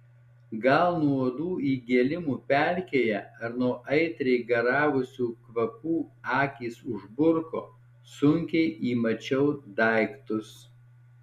gal nuo uodų įgėlimų pelkėje ar nuo aitriai garavusių kvapų akys užburko sunkiai įmačiau daiktus